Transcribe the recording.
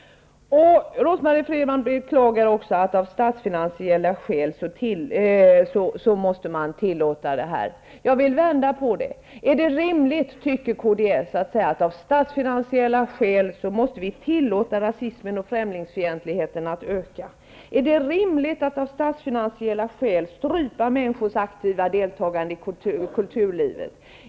Rose-Marie Frebran beklagar också att man av statsfinansiella skäl måste tillåta det här. Jag vill vända på det: Är det rimligt, tycker kds, att säga att vi av statsfinansiella skäl måste tillåta rasismen och främlingsfientligheten att öka? Är det rimligt att av statsfinansiella skäl strypa människors aktiva deltagande i kulturlivet?